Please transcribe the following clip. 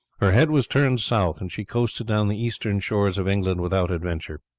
her head was turned south, and she coasted down the eastern shores of england without adventure.